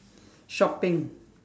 shopping